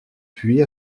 puis